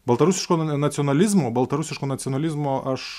baltarusiško na nacionalizmo baltarusiško nacionalizmo aš